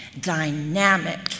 dynamic